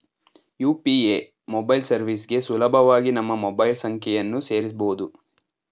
UPA mobile ಸರ್ವಿಸ್ಗೆ ಸುಲಭವಾಗಿ ನಮ್ಮ ಮೊಬೈಲ್ ಸಂಖ್ಯೆಯನ್ನು ಸೇರಸಬೊದು